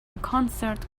concert